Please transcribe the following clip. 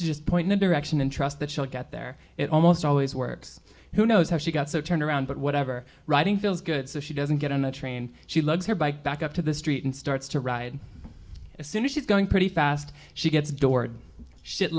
to just point to direction and trust that she'll get there it almost always works who knows how she got so turned around but whatever riding feels good so she doesn't get on a train she loves her bike back up to the street and starts to ride as soon as she's going pretty fast she gets doored shit